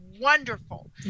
wonderful